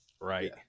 right